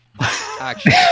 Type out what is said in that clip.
Action